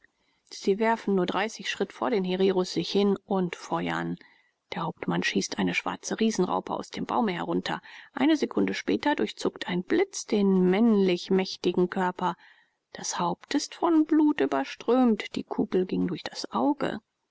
sie werfen nur dreißig schritte vor den hereros sich hin und feuern der hauptmann schießt eine schwarze riesenraupe aus dem baume herunter eine sekunde später durchzuckt ein blitz den männlich mächtigen körper das haupt ist von blut überströmt die kugel ging durch das auge